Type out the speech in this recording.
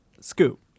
Scoop